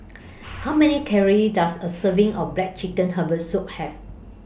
How Many Calories Does A Serving of Black Chicken Herbal Soup Have